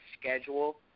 schedule